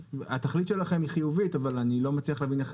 התכלית שלכם היא חיובית אבל אני לא מצליח להבין איך